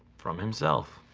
from himself,